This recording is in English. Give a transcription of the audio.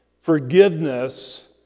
Forgiveness